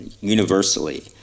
universally